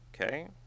Okay